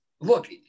look